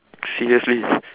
seriously